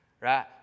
right